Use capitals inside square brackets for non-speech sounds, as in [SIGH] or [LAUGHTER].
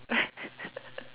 [LAUGHS]